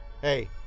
Hey